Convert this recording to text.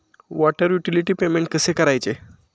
Water utility payment कसे करायचे?